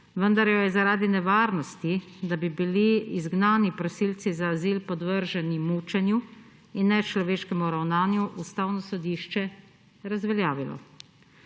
vendar jo je zaradi nevarnosti, da bi bili izgnani prosilci za azil podvrženi mučenju in nečloveškemu ravnanju, Ustavno sodišče razveljavilo.